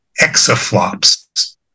exaflops